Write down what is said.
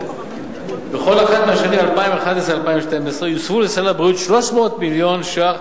בכל אחת מהשנים 2011 ו-2012 יוספו לסל הבריאות 300 מיליון ש"ח,